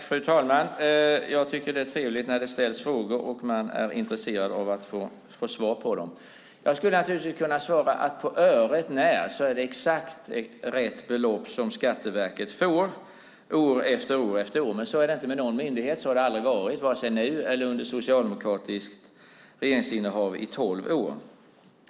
Fru talman! Jag tycker att det är trevligt när det ställs frågor och man är intresserad av att få svar på dem. Jag skulle kunna svara att det är på öret när exakt rätt belopp som Skatteverket får år efter år. Men så är det inte med någon myndighet. Så har det aldrig varit vare sig nu eller under tolv år av socialdemokratiskt regeringsinnehav.